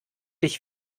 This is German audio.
dich